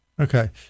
Okay